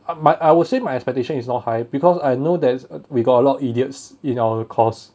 but I will say my expectation is not high because I know that we got a lot of idiots in our course